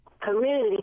community